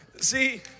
See